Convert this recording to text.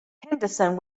henderson